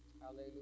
Hallelujah